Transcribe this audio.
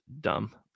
dumb